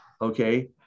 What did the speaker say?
Okay